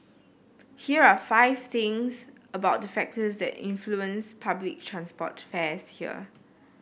here are five things about the factors that influence public transport fares here